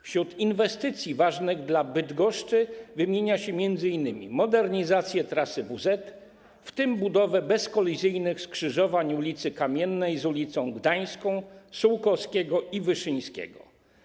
Wśród inwestycji ważnych dla Bydgoszczy wymienia się m.in. modernizację trasy WZ, w tym budowę bezkolizyjnych skrzyżowań ul. Kamiennej z ul. Gdańską, ul. Sułkowskiego i ul. Wyszyńskiego.